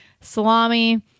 salami